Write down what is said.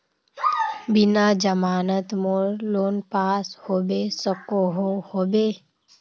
बिना जमानत मोर लोन पास होबे सकोहो होबे?